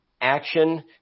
Action